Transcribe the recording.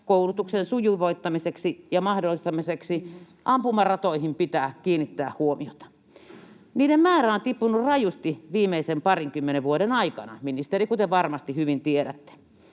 koulutuksen sujuvoittamiseksi ja mahdollistamiseksi, ampumaratoihin pitää kiinnittää huomiota. Niiden määrä on tippunut rajusti viimeisen parinkymmenen vuoden aikana, ministeri, kuten varmasti hyvin tiedätte.